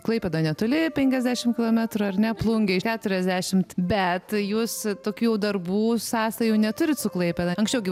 klaipėda netoli penkiasdešim kilometrų ar ne plungėje keturiasdešimt bet jūs tokių darbų sąsajų neturit su klaipėda anksčiau gi